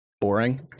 boring